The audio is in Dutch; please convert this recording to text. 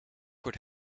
wordt